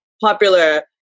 popular